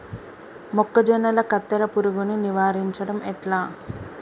మొక్కజొన్నల కత్తెర పురుగుని నివారించడం ఎట్లా?